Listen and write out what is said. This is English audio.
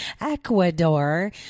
Ecuador